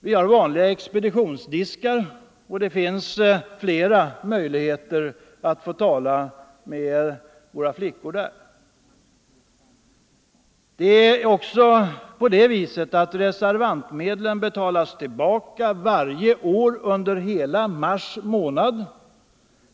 Vi har vanliga expeditionsdiskar, och det finns flera möjligheter att tala med våra flickor där. Reservantmedlen betalas vidare tillbaka varje år under hela mars månad.